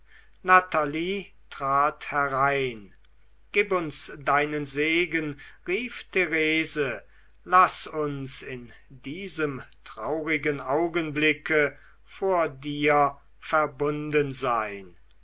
natalie trat herein gib uns deinen segen rief therese laß uns in diesem traurigen augenblicke vor dir verbunden sein